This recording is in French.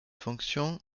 fonction